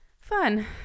Fun